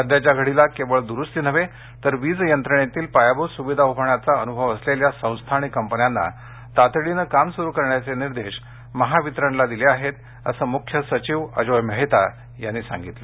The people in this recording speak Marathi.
सध्याच्या घडीला केवळ दूरुस्ती नव्हे तर वीज यंत्रणेतील पायाभूत सुविधा उभारण्याचा अनुभव असलेल्या संस्था आणि कंपन्यांना तातडीने काम सुरु करण्याचे निर्देश महावितरणला दिले आहेत असं मुख्य सचिव अजोय मेहता यांनी सांगितले